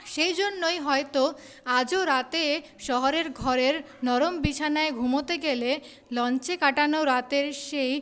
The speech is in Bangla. সেই জন্যই হয়তো আজও রাতে শহরের ঘরের নরম বিছানায় ঘুমোতে গেলে লঞ্চে কাটানো রাতের সেই